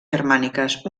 germàniques